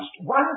one